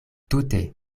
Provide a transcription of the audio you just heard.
tute